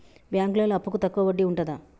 బ్యాంకులలో అప్పుకు తక్కువ వడ్డీ ఉంటదా?